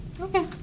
Okay